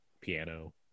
Piano